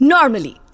Normally